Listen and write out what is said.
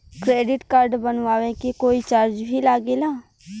Credit card बनवावे के कोई चार्ज भी लागेला?